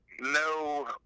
no